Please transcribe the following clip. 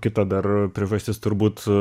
kita dar priežastis turbūt